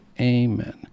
Amen